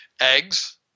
eggs